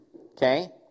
Okay